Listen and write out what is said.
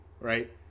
right